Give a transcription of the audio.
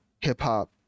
hip-hop